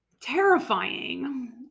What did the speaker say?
terrifying